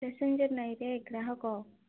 passenger ନାଇଁରେ ଗ୍ରାହକ